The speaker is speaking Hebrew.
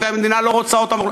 והמדינה לא רוצה אותם,